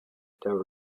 there